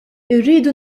irridu